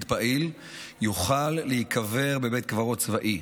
פעיל יוכל להיקבר בבית קברות צבאי,